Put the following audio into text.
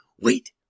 Wait